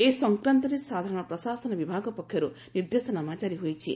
ଏ ସଂକ୍ରାନ୍ତରେ ସାଧାରଣ ପ୍ରଶାସନ ବିଭାଗ ପକ୍ଷରୁ ନିର୍ଦ୍ଦେଶନାମା ଜାରି ହୋଇଛି